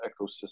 ecosystem